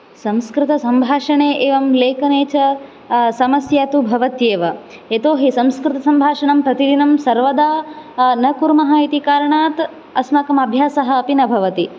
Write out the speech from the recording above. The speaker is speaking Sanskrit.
संस्कृतसम्भाषणे एवं लेखने च समस्या तु भवत्येव यतो हि संस्कृतसम्भाषणं प्रतिदिनं सर्वदा न कुर्मः इति कारणात् अस्माकम् अभ्यासः अपि न भवति